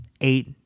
eight